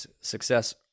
success